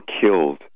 killed